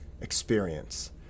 experience